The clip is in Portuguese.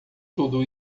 tudo